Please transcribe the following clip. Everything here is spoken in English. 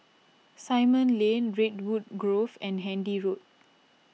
Simon Lane Redwood Grove and Handy Road